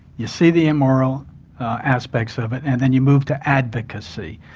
you see the immoral aspects of it and then you move to advocacy.